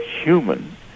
human